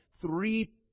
Three